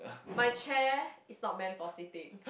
my chair is not meant for sitting